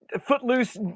Footloose